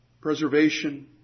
preservation